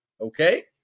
Okay